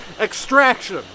extraction